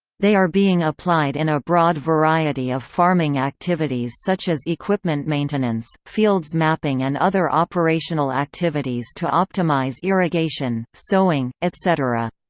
they are being applied in a broad variety of farming activities such as equipment maintenance, fields mapping and other operational activities to optimize irrigation, sowing, etc.